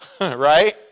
Right